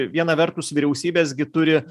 viena vertus vyriausybės gi turi